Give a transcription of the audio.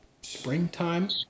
springtime